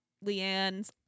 Leanne's